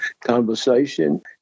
conversation